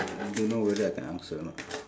don't know whether I can answer or not